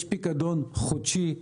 יש פיקדון חודשי.